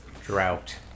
Drought